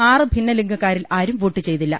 ആറു ഭിന്നലിംഗക്കാരിൽ ആരും വോട്ടു ചെയ്തില്ല